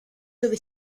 dove